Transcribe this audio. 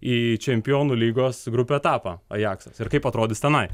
į čempionų lygos grupių etapą ajaksas ir kaip atrodys tenai